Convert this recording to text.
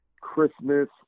Christmas